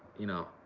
you know,